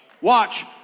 Watch